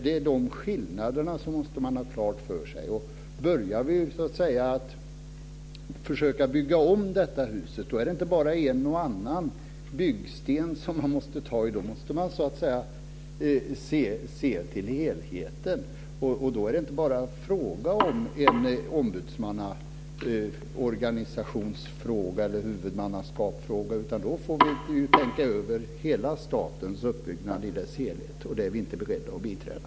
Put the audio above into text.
Det är de skillnaderna man måste ha klara för sig. Börjar vi försöka bygga om detta hus så är det inte bara en och annan byggsten som man måste ta i. Då måste man så att säga se till helheten. Då är det inte bara fråga om en ombudsmannaorganisation eller om huvudmannaskapet. Då får vi tänka över hela statens uppbyggnad i dess helhet, och det är vi inte beredda att biträda.